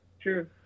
true